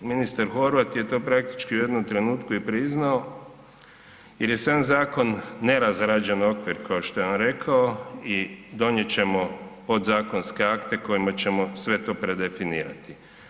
Ministar Horvat je to praktički u jednom trenutku i priznao jer je sam zakon nerazrađen okvir kao što je on rekao i donijet ćemo podzakonske akte kojima ćemo sve to predefinirati.